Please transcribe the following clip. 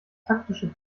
taktische